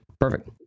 Perfect